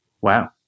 Wow